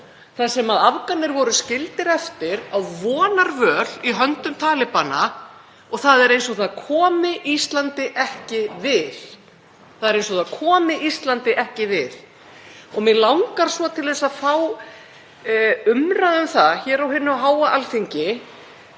þar sem Afganir voru skildir eftir á vonarvöl í höndum talibana. Það er eins og það komi Íslandi ekki við. Mig langar svo að fá umræðu um það hér á hinu háa Alþingi